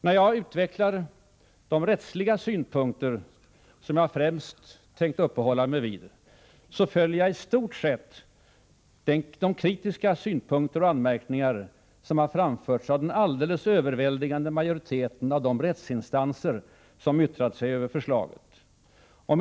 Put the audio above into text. När jag utvecklar de rättsliga synpunkter som jag främst tänkt uppehålla mig vid, följer jag i stort sett de kritiska synpunkter som framförts av den alldeles överväldigande majoriteten av de rättsinstanser som yttrat sig över förslaget.